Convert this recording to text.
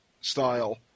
style